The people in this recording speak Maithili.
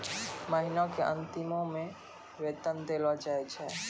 महिना के अंतिमो मे वेतन देलो जाय छै